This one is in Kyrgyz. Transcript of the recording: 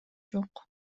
жок